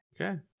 okay